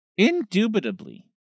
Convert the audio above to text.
Indubitably